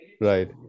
right